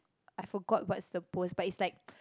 I forgot what's the post but it's like